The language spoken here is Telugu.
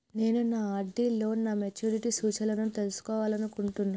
నేను నా ఆర్.డి లో నా మెచ్యూరిటీ సూచనలను తెలుసుకోవాలనుకుంటున్నా